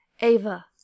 Ava